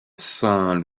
saint